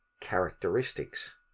characteristics